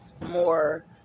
more